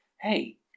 hey